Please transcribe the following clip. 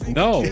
no